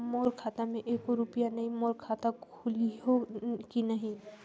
मोर खाता मे एको रुपिया नइ, मोर खाता खोलिहो की नहीं?